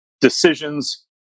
decisions